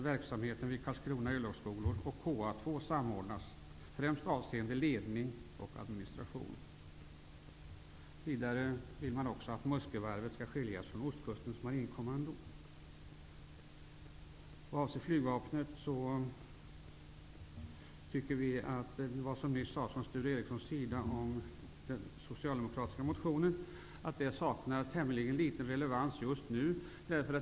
Vad avser flygvapnet tycker vi att det som Sture Ericson nyss sade om den socialdemokratiska motionen har tämligen liten relevans just nu.